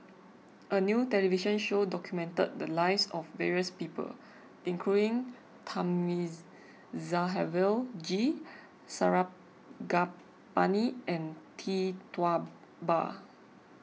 a new television show documented the lives of various people including Thamizhavel G Sarangapani and Tee Tua Ba